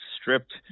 stripped